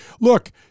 look